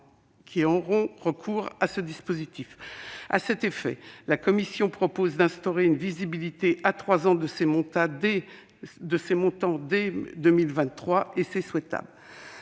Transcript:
qui auront recours à ce dispositif. À cet effet, la commission propose d'instaurer une visibilité à trois ans de ces montants dès 2023, ce qui est souhaitable.